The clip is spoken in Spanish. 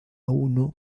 uno